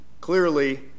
Clearly